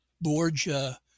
Borgia